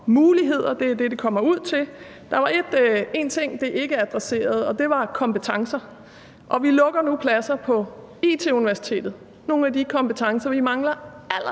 Det er det, de kommer ud til. Der var en ting, de ikke adresserede, og det var kompetencer. Vi lukker nu pladser på IT-Universitetet, hvor man får nogle af de kompetencer, vi mangler